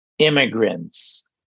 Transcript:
Immigrants